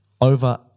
over